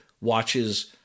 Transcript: watches